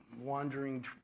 wandering